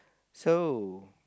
so